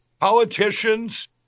politicians